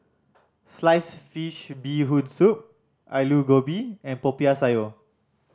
sliced fish Bee Hoon Soup Aloo Gobi and Popiah Sayur